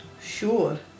sure